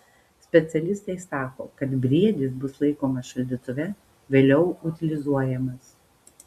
specialistai sako kad briedis bus laikomas šaldytuve vėliau utilizuojamas